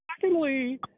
Secondly